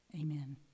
Amen